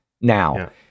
now